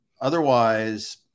otherwise